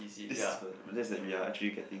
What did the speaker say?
this is like that's when we are actually getting